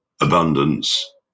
abundance